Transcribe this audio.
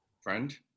Friend